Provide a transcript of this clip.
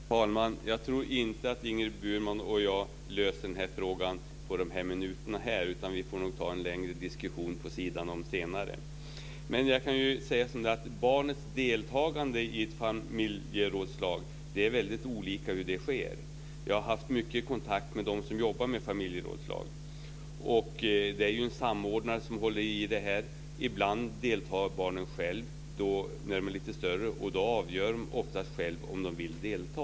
Fru talman! Jag tror inte att Ingrid Burman och jag löser den här frågan på de minuter vi har till vårt förfogande här. Vi får nog ta en längre diskussion vid sidan av senare. Det är väldigt olika hur barnets deltagande i familjerådslag sker. Jag har haft mycket kontakt med dem som jobbar med familjerådslag. Det är en samordnare som håller i det. Ibland deltar barnen själva då de är lite större. Då avgör de ofta själva om de vill delta.